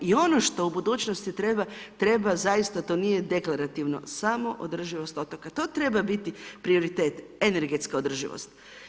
I ono što u budućnosti treba, treba zaista, to nije deklarativno, samo održivost otoka, to treba biti prioritet, energetska održivost.